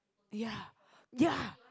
ya ya